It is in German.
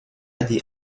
die